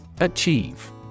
Achieve